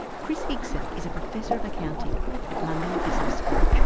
chris higson is a professor of accounting at london business school.